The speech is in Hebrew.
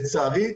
לצערי,